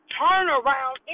turnaround